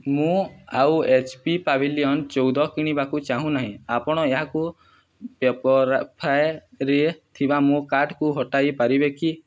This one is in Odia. ମୁଁ ଆଉ ଏଚ୍ ପି ପାଭିଲିଅନ୍ ଚଉଦ କିଣିବାକୁ ଚାହୁଁନାହିଁ ଆପଣ ଏହାକୁ ପେପର୍ ଫ୍ରାୟେରେ ଥିବା ମୋ କାର୍ଟରୁ ହଟାଇ ପାରିବେ କି